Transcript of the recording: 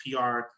PR